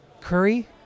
Curry